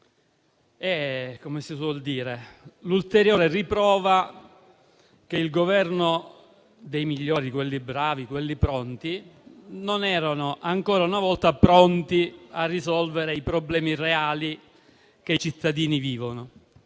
è, come si suol dire, l'ulteriore riprova che il Governo dei migliori, quelli bravi, quelli pronti, non era ancora una volta pronto a risolvere i problemi reali che i cittadini vivono.